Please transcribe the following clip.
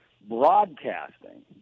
broadcasting